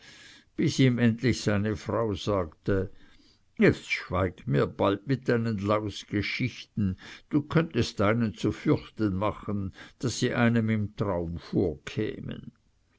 bis ihm endlich seine frau sagte jetzt schweig mir bald mit deinen lausgeschichten du könntest einen zu fürchten machen daß sie einem im traum vorkämen